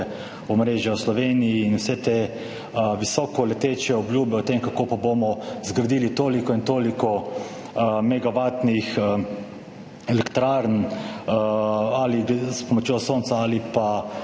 omrežja v Sloveniji in vse te visoko leteče obljube o tem, kako bomo zgradili toliko in toliko megavatnih elektrarn s pomočjo sonca ali